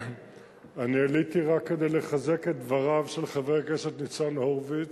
אני עליתי רק כדי לחזק את דבריו של חבר הכנסת ניצן הורוביץ,